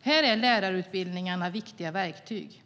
Här är lärarutbildningarna viktiga verktyg.